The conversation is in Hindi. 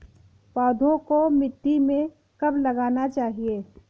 पौधों को मिट्टी में कब लगाना चाहिए?